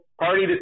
party